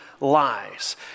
lies